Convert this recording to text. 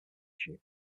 issue